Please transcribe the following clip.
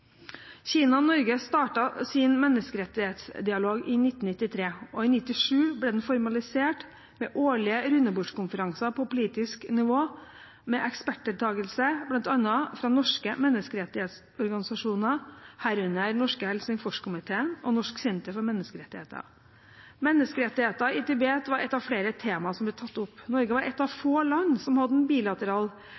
Kina og Norge startet sin menneskerettighetsdialog i 1993, og i 1997 ble den formalisert med årlige rundebordskonferanser på politisk nivå med ekspertdeltagelse, bl.a. fra norske menneskerettighetsorganisasjoner, herunder Den norske Helsingforskomité og Norsk senter for menneskerettigheter. Menneskerettigheter i Tibet var ett av flere temaer som ble tatt opp. Norge var ett av